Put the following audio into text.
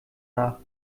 nach